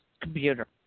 computer